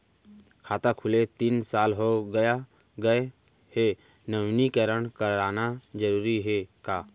खाता खुले तीन साल हो गया गये हे नवीनीकरण कराना जरूरी हे का?